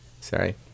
Sorry